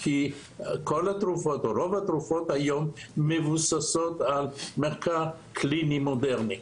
כי רוב התרופות מבוססות היום על מחקר קליני מודרני.